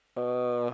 uh